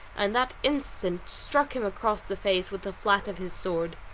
and that instant struck him across the face with the flat of his sword.